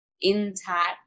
intact